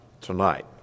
tonight